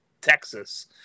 Texas